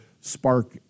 spark